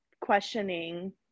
questioning